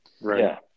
Right